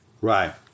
Right